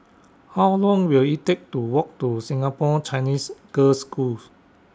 How Long Will IT Take to Walk to Singapore Chinese Girls' Schools